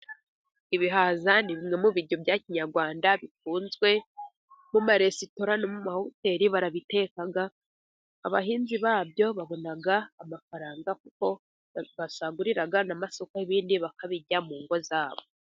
Ibihaza ni bimwe mu biryo bya Kinyarwanda bikunzwe mu maresitora n'amahoteli. Barabiteka abahinzi babyo babona amafaranga kuko basagurira n'amasoko ibindi bakabirya mu ngo zabo.